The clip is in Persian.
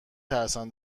ترسم